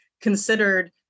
considered